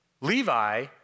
Levi